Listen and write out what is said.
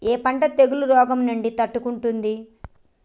ఏ పంట తెగుళ్ల రోగం నుంచి తట్టుకుంటుంది?